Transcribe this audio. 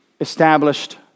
established